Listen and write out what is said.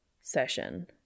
session